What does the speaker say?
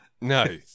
No